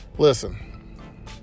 Listen